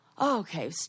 okay